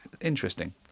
interesting